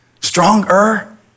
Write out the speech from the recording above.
Stronger